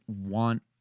want